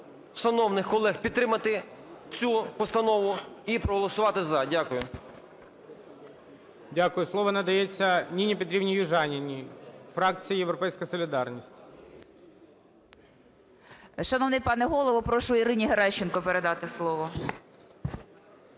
Шановний пане Голово, прошу Ірині Геращенко передати слово.